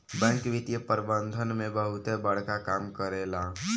bank वित्तीय प्रबंधन में बहुते बड़का काम करेला